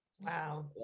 Wow